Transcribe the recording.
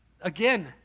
again